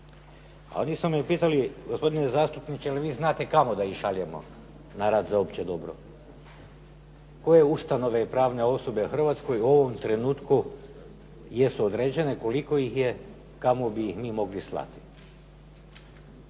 Ali su me upitali, gospodine zastupniče, je li vi znate kamo da ih šaljemo na rad za opće dobro? Koje ustanove i pravne osobe u Hrvatskoj u ovom trenutku jesu određene, koliko ih je, kamo bi ih mi mogli slati?